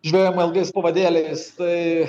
žvejojama ilgais pavadėliais tai